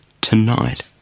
tonight